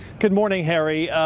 good morning, harry.